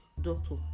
doctor